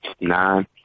nine